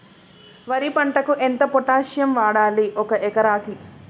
వరి పంటకు ఎంత పొటాషియం వాడాలి ఒక ఎకరానికి?